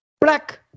Black